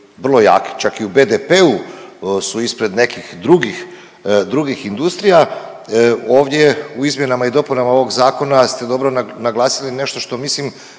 vrlo jake, čak i u BDP-u su ispred nekih drugih, drugih industrija. Ovdje u izmjenama i dopunama ovog zakona ste dobro naglasili nešto što mislim